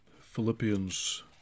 philippians